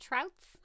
Trouts